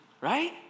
Right